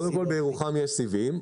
בירוחם יש סיבים.